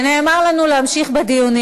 ונאמר לנו להמשיך בדיונים.